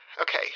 Okay